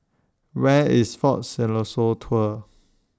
Where IS Fort Siloso Tours